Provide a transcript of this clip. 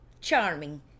charming